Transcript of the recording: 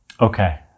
Okay